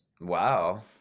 Wow